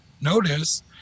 notice